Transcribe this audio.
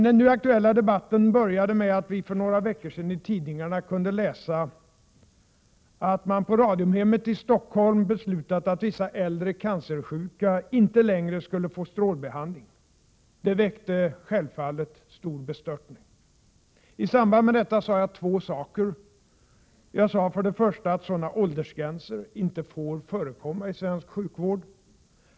Den nu aktuella debatten började med att vi, för några veckor sedan, i tidningarna kunde läsa att man på Radiumhemmet i Stockholm beslutat att vissa äldre cancersjuka inte längre skulle få strålbehandling. Det väckte självfallet stor bestörtning. I samband med detta sade jag två saker. Jag sade för det första att sådana åldersgränser inte får förekomma inom svensk sjukvård.